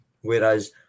Whereas